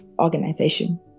organization